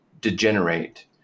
degenerate